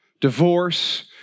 divorce